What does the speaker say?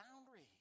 boundaries